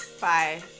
Bye